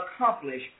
accomplish